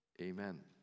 Amen